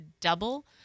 double